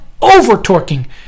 over-torquing